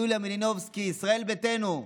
יוליה מלינובסקי מישראל ביתנו.